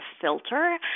filter